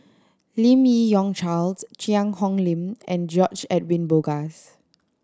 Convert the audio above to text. Lim Yi Yong Charles Cheang Hong Lim and George Edwin Bogaars